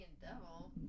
Devil